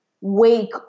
wake